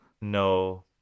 No